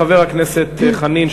חבר הכנסת חנין,